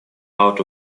out